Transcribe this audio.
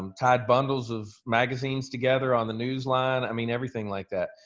um tied bundles of magazines together on the news line. i mean everything like that.